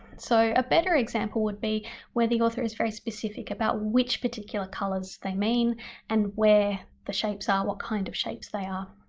so a better example would be where the author is very specific about which particular colors they mean and where the shapes are, what kind of shapes they are.